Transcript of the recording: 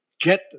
get